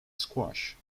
squash